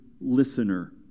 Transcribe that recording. listener